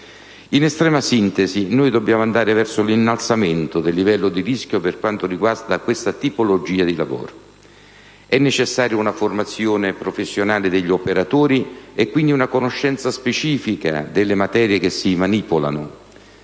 In estrema sintesi, dobbiamo andare verso l'innalzamento della consapevolezza del livello di rischio per quanto riguarda questa tipologia di lavoro. È necessaria una formazione professionale degli operatori e, quindi, una conoscenza specifica delle materie che si manipolano.